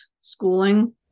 schooling